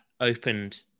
opened